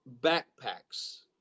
backpacks